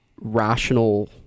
rational